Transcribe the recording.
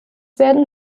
werden